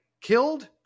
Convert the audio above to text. killed